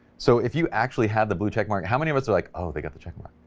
so if you actually have the blue checkmark how many of us are like. oh they got the checkmark,